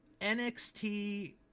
NXT